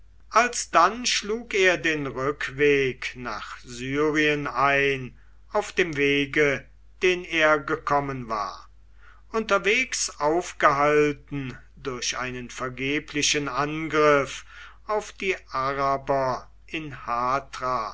alsdann schlug er den rückweg nach syrien ein auf dem wege den er gekommen war unterwegs aufgehalten durch einen vergeblichen angriff auf die araber in